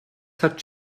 hat